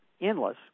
endless